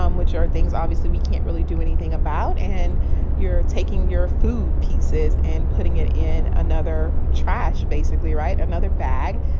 um which are things, obviously, we can't really do anything about. and you're taking your food pieces and putting it in another trash, basically right? another bag,